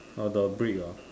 uh the brick ah